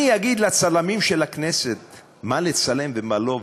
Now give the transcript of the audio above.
אני אגיד לצלמים של הכנסת מה לצלם ומה לא,